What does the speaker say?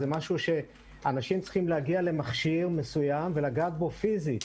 זה משהו שאנשים צריכים להגיע למכשיר מסוים ולגעת בו פיזית.